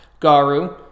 Garu